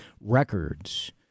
records